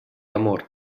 amor